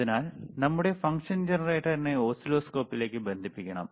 അതിനാൽ നമ്മളുടെ ഫംഗ്ഷൻ ജനറേറ്ററിനെ ഓസിലോസ്കോപ്പിലേക്ക് ബന്ധിപ്പിക്കണം